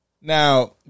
Now